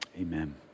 Amen